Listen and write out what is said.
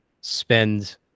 spend